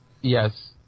Yes